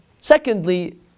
Secondly